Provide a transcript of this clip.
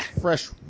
Fresh